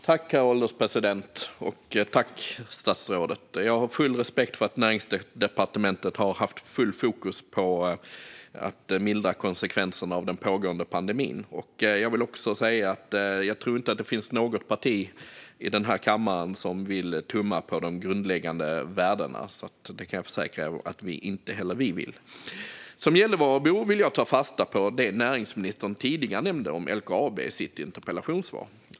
Herr ålderspresident! Jag tackar statsrådet. Jag har full respekt för att Näringsdepartementet har haft fullt fokus på att mildra konsekvenserna av den pågående pandemin. Jag tror inte att det finns något parti i kammaren som vill tumma på de grundläggande värdena. Det kan jag försäkra att inte heller vi vill. Som Gällivarebo vill jag ta fasta på det näringsministern nämnde om LKAB i sitt interpellationssvar.